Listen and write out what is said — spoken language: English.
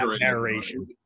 narration